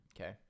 Okay